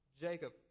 Jacob